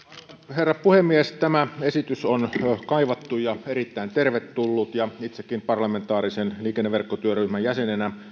herra puhemies tämä esitys on kaivattu ja erittäin tervetullut ja itsekin parlamentaarisen liikenneverkkotyöryhmän jäsenenä